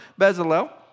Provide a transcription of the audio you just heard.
Bezalel